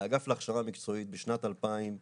לאגף להכשרה מקצועית בשנת 2021